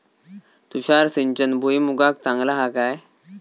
तुषार सिंचन भुईमुगाक चांगला हा काय?